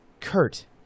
Kurt